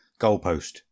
goalpost